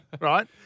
right